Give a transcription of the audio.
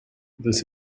this